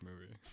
movie